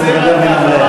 תודה.